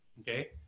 okay